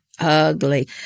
Ugly